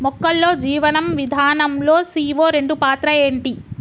మొక్కల్లో జీవనం విధానం లో సీ.ఓ రెండు పాత్ర ఏంటి?